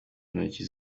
intoki